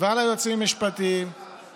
ועל היועצים המשפטיים, למה הסתה?